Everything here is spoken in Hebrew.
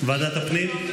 ועדת הפנים?